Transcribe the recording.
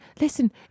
listen